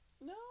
No